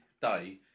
day